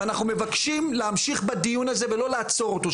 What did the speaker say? ואנחנו מבקשים להמשיך בדיון הזה ולא לעצור אותו,